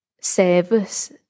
service